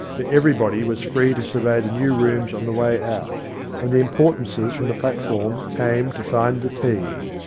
for everybody was free to survey the new rooms on the way out and the importances from the platform came to find the tea.